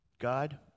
God